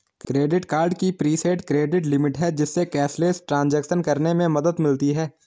credit card की preset credit limit है, जिससे कैशलेस ट्रांज़ैक्शन करने में मदद मिलती है